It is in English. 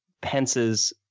pence's